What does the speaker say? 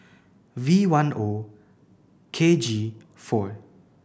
V one O K G four